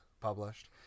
published